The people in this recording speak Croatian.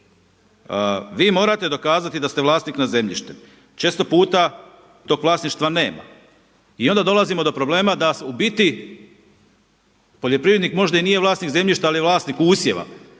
vi morate dokazati da ste vlasnik nad zemljištem. Često puta tog vlasništva nema. I onda dolazimo do problema da u biti poljoprivrednik možda i nije vlasnik zemljišta, ali je vlasnik usjeva